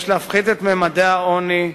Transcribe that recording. יש להפחית את ממדי העוני,